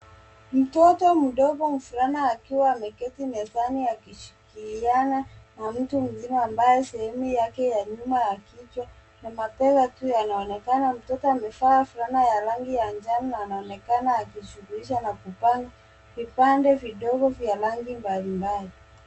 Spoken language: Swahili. Mtoto mdogo mvulana akiwa ameketi mezani akishikiliana na mtu mzima ambaye sehemu yake ya nyuma ya kichwa na mabega yanaonekana. Mtoto amevaa fulana ya rangi ya njano na anaonekana akijishughulisha na kupanga vipande vidogo vya rangi mbalimbali.